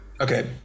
Okay